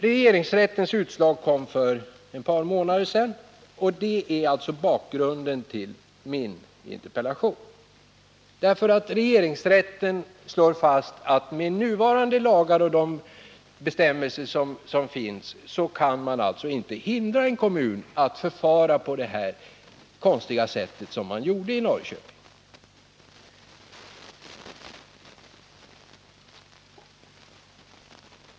Regeringsrättens utslag kom för ett par månader sedan, och det är bakgrunden till min interpellation. Regeringsrätten slår nämligen fast att med nuvarande lagar och bestämmelser kan man inte hindra en kommun att förfara på det konstiga sätt som Norrköpings kommun har gjort.